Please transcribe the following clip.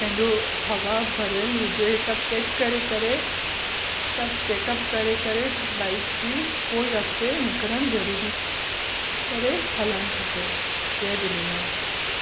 पंहिंजो हवा भरियल हुजे सभु चैक करे करे सभु चैकअप करे करे बाइक जी पोइ ई अॻिते निकिरनि ज़रूरी करे हलणु खपे जय झूलेलाल